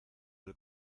del